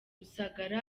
rusagara